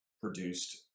produced